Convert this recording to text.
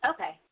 Okay